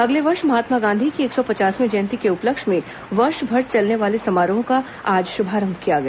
अगले वर्ष महात्मा गांधी की एक सौ पचासवीं जयंती के उपलक्ष्य में वर्षभर चलने वाले समारोहों का आज शुभारंभ किया गया